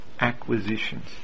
acquisitions